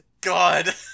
God